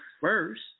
first